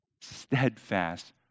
steadfast